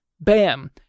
Bam